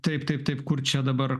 taip taip taip kur čia dabar